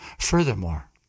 Furthermore